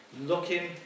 looking